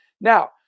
Now